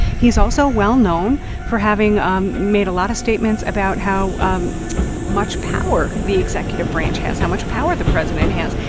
he's also well-known for having um made a lot of statements about how um much power the executive branch has, how much power the president has.